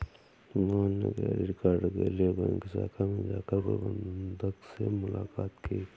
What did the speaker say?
मोहन ने credit card के लिए बैंक शाखा में जाकर प्रबंधक से मुलाक़ात की